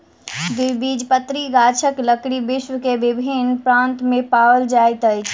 द्विबीजपत्री गाछक लकड़ी विश्व के विभिन्न प्रान्त में पाओल जाइत अछि